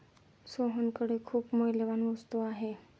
सोहनकडे खूप मौल्यवान वस्तू आहे